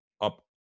up